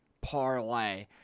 Parlay